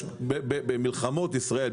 במלחמות ישראל,